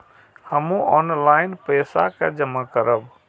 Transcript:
हमू ऑनलाईनपेसा के जमा करब?